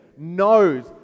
knows